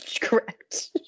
correct